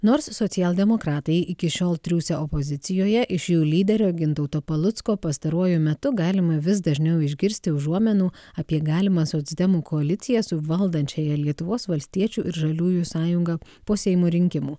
nors socialdemokratai iki šiol triūsė opozicijoje iš jų lyderio gintauto palucko pastaruoju metu galima vis dažniau išgirsti užuominų apie galimą socdemų koaliciją su valdančiąja lietuvos valstiečių ir žaliųjų sąjunga po seimo rinkimų